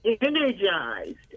energized